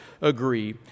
agree